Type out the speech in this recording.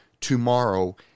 tomorrow